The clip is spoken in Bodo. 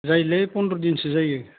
जायोलै फन्द्र दिनसो जायो